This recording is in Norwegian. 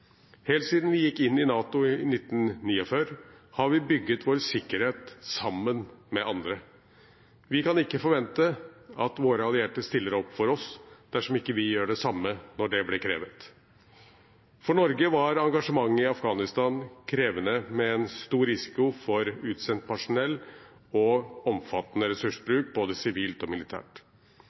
Helt siden vi gikk inn i NATO i 1949 har vi bygd vår sikkerhet sammen med andre. Vi kan ikke forvente at våre allierte stiller opp for oss, dersom vi ikke gjør det samme når det blir krevd. For Norge var engasjementet i Afghanistan krevende med en stor risiko for utsendt personell og omfattende ressursbruk, både sivilt og militært.